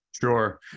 sure